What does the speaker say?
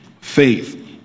Faith